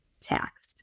taxed